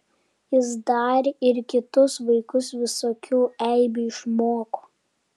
jis dar ir kitus vaikus visokių eibių išmoko